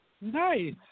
Nice